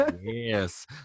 Yes